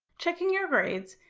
checking your grades,